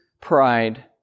pride